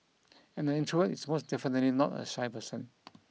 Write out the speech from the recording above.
and the introvert is most definitely not a shy person